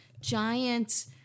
giant